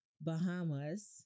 Bahamas